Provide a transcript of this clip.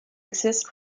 exist